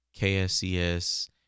KSCS